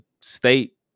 state